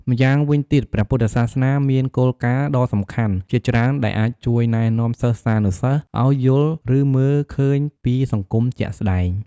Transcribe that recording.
ម្យ៉ាងវិញទៀត ព្រះពុទ្ធសាសនាមានគោលការណ៍ដ៏សំខាន់ជាច្រើនដែលអាចជួយណែនាំសិស្សានុសិស្សឲ្យយល់ ឬមើលឃើញពីសង្គមជាក់ស្ដែង។